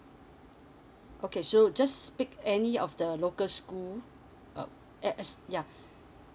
okay so just pick any of the local school uh at us yeah